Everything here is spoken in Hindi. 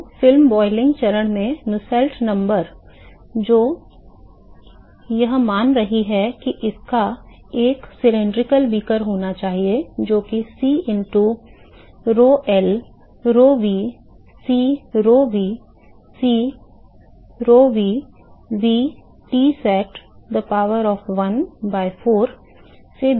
तो फिल्म क्वथन चरण में नुसेल्ट संख्या जो यह मान रही है कि इसका एक बेलनाकार बीकर होना चाहिए जो कि C into rhol rhov C rhov C rhov v Tsat the power of 1 by 4 से दिया जाता है